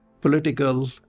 political